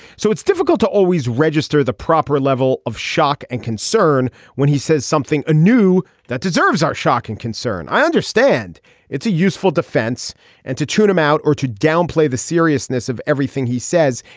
so it's difficult to always register the proper level of shock and concern when he says something new that deserves our shock and concern. i understand it's a useful defense and to tune him out or to downplay the seriousness of everything he says.